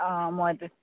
অঁ মই